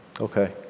Okay